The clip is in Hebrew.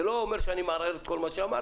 זה לא אומר שאני מערער על כל מה שאמרת,